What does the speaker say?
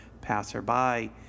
passerby